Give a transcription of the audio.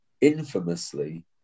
infamously